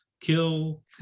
kill